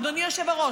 אדוני היושב-ראש,